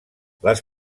les